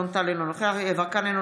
אינו נוכח גלית דיסטל אטבריאן,